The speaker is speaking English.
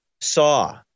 saw